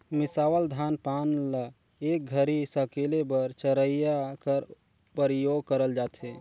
मिसावल धान पान ल एक घरी सकेले बर चरहिया कर परियोग करल जाथे